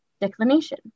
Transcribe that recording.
declination